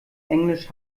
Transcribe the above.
englisch